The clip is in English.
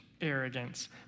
arrogance